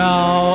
Now